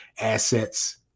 assets